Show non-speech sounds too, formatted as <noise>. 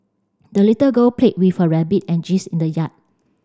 the little girl played with her rabbit and <unintelligible> in the yard